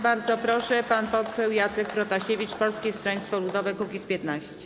Bardzo proszę, pan poseł Jacek Protasiewicz, Polskie Stronnictwo Ludowe - Kukiz15.